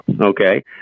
okay